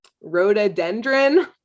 Rhododendron